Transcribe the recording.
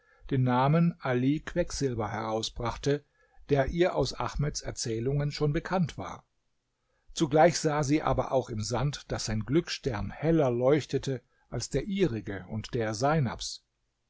den namen ali quecksilber herausbrachte der ihr aus ahmeds erzählungen schon bekannt war zugleich sah sie aber auch im sand daß sein glücksstern heller leuchtete als der ihrige und der seinabs